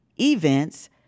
Events